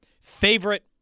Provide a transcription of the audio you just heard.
Favorite